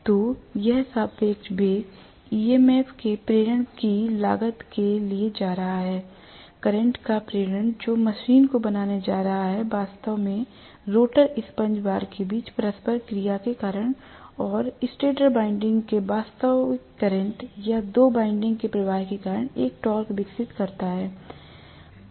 तो यह सापेक्ष वेग EMF के प्रेरण की लागत के लिए जा रहा है करंट का प्रेरण जो मशीन को बनाने जा रहा है वास्तव में रोटर स्पंज बार के बीच परस्पर क्रिया के कारण और स्टेटर वाइंडिंग के वास्तविक करंट या दो वाइंडिंग के प्रवाह के कारण एक टॉर्क विकसित करता है